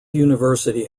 university